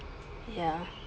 ya